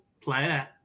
player